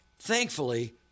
Thankfully